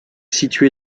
située